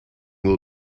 will